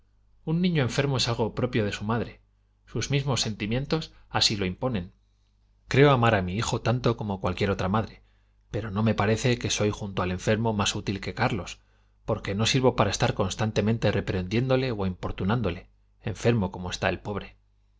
un niño enfermo es algo propio de su madre sus mismos sentimientos así lo imponen creo amar a mi hijo tanto como cualquier otra madre pero no me parece que soy junto al enfermo más útil que carlos porque no sirvo para estar constantemente reprendiéndole o importunándole enfermo como está el pobre